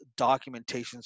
documentations